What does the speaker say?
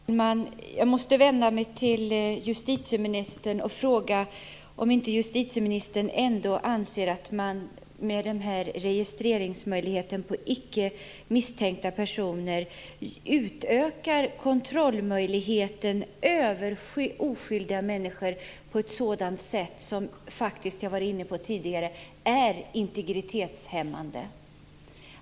Fru talman! Jag måste vända mig till justitieministern och fråga om hon ändå inte anser att man med den här registreringsmöjligheten för icke misstänkta personer utökar kontrollmöjligheten över oskyldiga människor på ett sätt som faktiskt, såsom jag var inne på tidigare, är integritetshämmande.